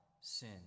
sin